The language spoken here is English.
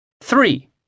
Three